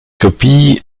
copies